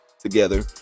together